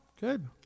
good